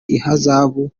ihazabu